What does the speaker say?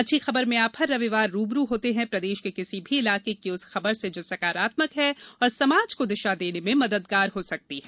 अच्छी खबर में आप हर रविवार रू ब रू होते हैं प्रदेश के किसी भी इलाके की उस खबर से जो सकारात्मक है और समाज को दिशा देने में मददगार हो सकती है